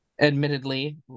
admittedly